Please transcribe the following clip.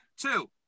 two